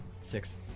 Six